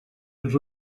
els